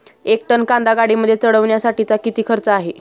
एक टन कांदा गाडीमध्ये चढवण्यासाठीचा किती खर्च आहे?